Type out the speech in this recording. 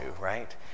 right